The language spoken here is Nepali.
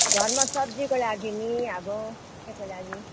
घरमा सब्जीको लागि नि अब केको लागि